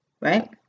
right